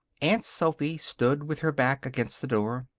aunt sophy stood with her back against the door.